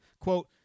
Quote